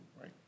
right